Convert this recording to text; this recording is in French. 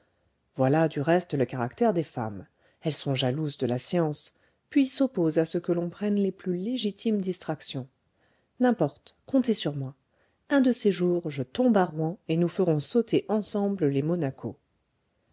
voilà du reste le caractère des femmes elles sont jalouses de la science puis s'opposent à ce que l'on prenne les plus légitimes distractions n'importe comptez sur moi un de ces jours je tombe à rouen et nous ferons sauter ensemble les monacos